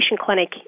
clinic